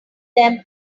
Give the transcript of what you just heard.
them